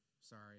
Sorry